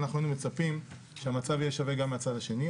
אנחנו מצפים שהמצב יהיה שווה גם מהצד השני.